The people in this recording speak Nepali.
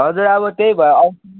हजुर आबो त्यही भयो आउँछु नि